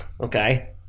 okay